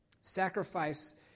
sacrifice